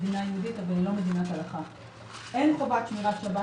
מכיוון שאין חובת שמירת שבת